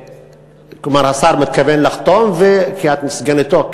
כלומר, האם השר מתכוון לחתום, כי את סגניתו.